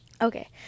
okay